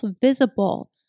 visible